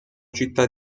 città